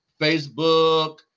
Facebook